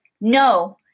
No